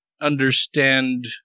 understand